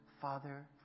Father